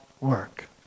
work